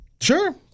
Sure